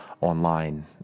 online